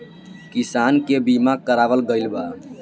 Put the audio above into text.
किसान के बीमा करावल गईल बा